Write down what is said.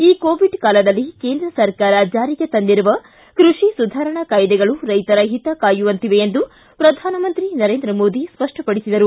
ಈ ಕೋವಿಡ್ ಕಾಲದಲ್ಲಿ ಕೇಂದ್ರ ಸರ್ಕಾರ ಜಾರಿಗೆ ತಂದಿರುವ ಕೃಷಿ ಸುಧಾರಣಾ ಕಾಯ್ದೆಗಳು ರೈತರ ಹಿತ ಕಾಯುವಂತಿವೆ ಎಂದು ಪ್ರಧಾನಮಂತ್ರಿ ನರೇಂದ್ರ ಮೋದಿ ಸ್ಪಷ್ಟಪಡಿಸಿದರು